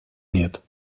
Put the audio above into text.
нет